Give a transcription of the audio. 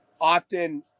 often